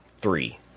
three